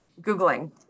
Googling